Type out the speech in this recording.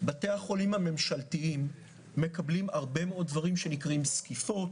בתי החולים הממשלתיים מקבלים הרבה מאוד דברים שנקראים זקיפות,